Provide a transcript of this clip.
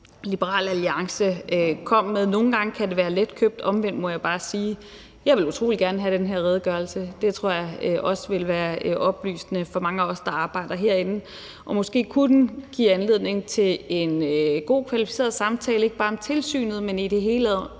Liberal Alliance kom med; nogle gange kan det være letkøbt. På den anden side må jeg omvendt bare sige, at jeg utrolig gerne vil have den her redegørelse. Den tror jeg også ville være oplysende for mange af os, der arbejder herinde, og måske kunne den give anledning til en god, kvalificeret samtale ikke bare om tilsynet, men i det hele